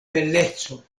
beleco